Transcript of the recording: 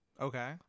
Okay